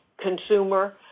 consumer